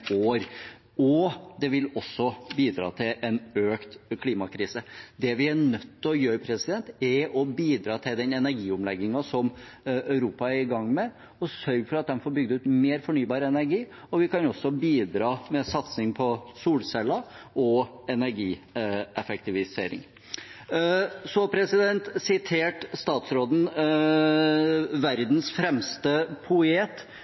også bidra til en økt klimakrise. Det vi er nødt til å gjøre, er å bidra til den energiomleggingen som Europa er i gang med, og sørge for at de får bygd ut mer fornybar energi, og vi kan også bidra med satsing på solceller og energieffektivisering. Så siterte statsråden verdens fremste poet